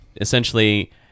essentially